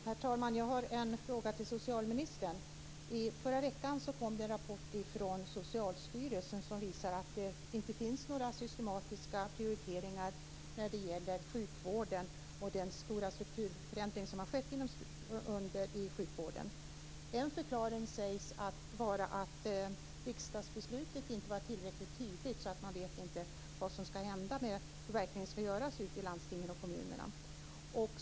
Herr talman! Jag har en fråga till socialministern. I förra veckan kom det en rapport från Socialstyrelsen som visar att det inte finns några systematiska prioriteringar när det gäller sjukvården och den stora strukturförändring som har skett inom sjukvården. En förklaring sägs vara att riksdagsbeslutet inte var tillräckligt tydligt och att man därför inte vet vad som verkligen ska göras i landstingen och kommunerna.